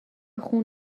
خون